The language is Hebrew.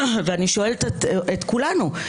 ואני שואלת את כולנו,